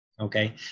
Okay